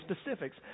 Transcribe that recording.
specifics